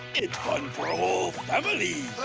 it's fun for all